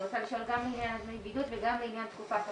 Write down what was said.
אני רוצה לשאול גם לעניין דמי בידוד וגם לעניין תקופת הבידוד.